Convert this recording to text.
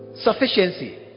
Sufficiency